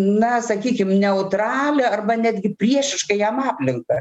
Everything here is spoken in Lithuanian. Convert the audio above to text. na sakykim neutralią arba netgi priešišką jam aplinką